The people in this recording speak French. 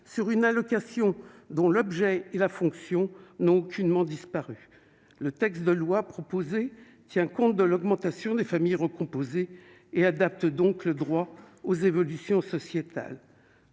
sur une allocation dont l'objet est la fonction n'ont aucunement disparus, le texte de loi proposée tient compte de l'augmentation des familles recomposées et adapte donc le droit aux évolutions sociétales